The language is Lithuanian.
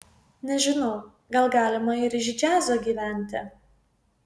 nežinau gal galima ir iš džiazo gyventi